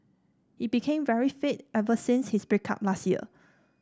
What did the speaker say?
he became very fit ever since his break up last year